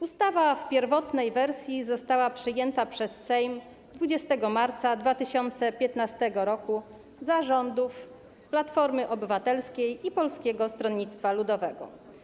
Ustawa w pierwotnej wersji została przyjęta przez Sejm 20 marca 2015 r. za rządów Platformy Obywatelskiej i Polskiego Stronnictwa Ludowego.